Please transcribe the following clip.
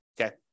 okay